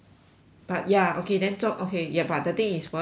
but ya okay then talk okay ya but the thing is 我要讲的是